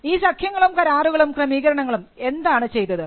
ഈ സഖ്യങ്ങളും കരാറുകളും ക്രമീകരണങ്ങളും എന്താണ് ചെയ്തത്